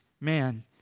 man